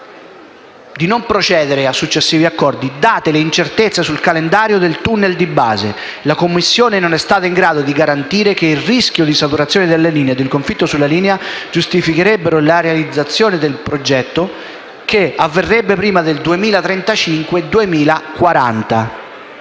di non procedere a successivi accordi: «date le incertezze sul calendario del tunnel di base, la Commissione non è stata in grado di garantire che il rischio di saturazione della linea e del conflitto sulla linea che giustificherebbero la realizzazione del progetto avverrebbe prima del 2035-2040».